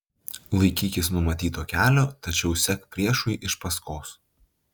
laikykis numatyto kelio tačiau sek priešui iš paskos